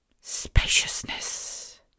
spaciousness